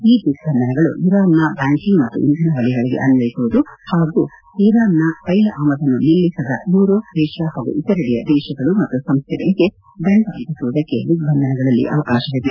ಈ ದಿಗ್ಬಂಧನಗಳು ಇರಾನ್ನ ಬ್ಯಾಂಕಿಂಗ್ ಮತ್ತು ಇಂಧನ ವಲಯಗಳಿಗೆ ಅನ್ವಯಿಸುವುದು ಪಾಗೂ ಇರಾನ್ನ ತೈಲ ಆಮದನ್ನು ನಿಲ್ಲಿಸದ ಯುರೋಪ್ ಏಷ್ಯಾ ಪಾಗೂ ಇತರೆಡೆಯ ದೇಶಗಳು ಮತ್ತು ಸಂಸ್ಥೆಗಳಿಗೆ ದಂಡ ವಿಧಿಸುವುದಕ್ಕೆ ದಿಗ್ವಂಧನಗಳಲ್ಲಿ ಅವಕಾಶವಿದೆ